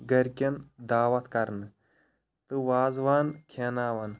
گھرکیٚن دعوت کرنہِ تہٕ وازٕوان کھیٛاوناوان